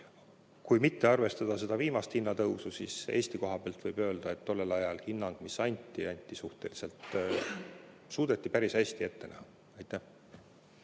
Kui mitte arvestada seda viimast hinnatõusu, siis Eesti koha pealt võib öelda, et tollel ajal hinnang, mis anti, anti suhteliselt [täpne], suudeti päris hästi ette näha. Aitäh!